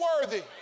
worthy